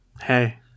Hey